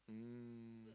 mm